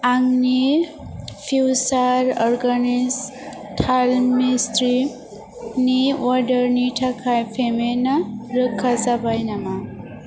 आंनि फ्युसार अर्गेनिक्स थाल मिथ्रिनि अर्डारनि थाखाय पेमेन्टा रोखा जाबाय नामा